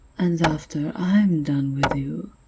and after i'm done with you,